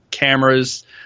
cameras